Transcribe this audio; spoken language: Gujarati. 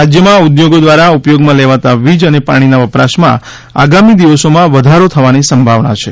રાજ્યમાં ઉદ્યોગો દ્વારા ઉપયોગમાં લેવાતા વીજ અને પાણીનાં વપરાશમાં આગામી દિવસોમાં વધારો થવાની સંભાવના છે